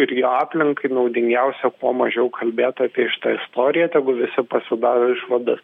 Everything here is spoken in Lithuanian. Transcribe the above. ir jo aplinkai naudingiausia kuo mažiau kalbėt apie šitą istoriją tegu visi pasidaro išvadas